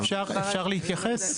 אפשר להתייחס?